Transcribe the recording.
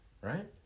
Right